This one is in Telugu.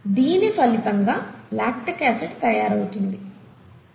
దీని ఫలితంగా లాక్టిక్ ఆసిడ్ తయారవుతుంది